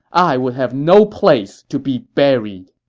i would have no place to be buried!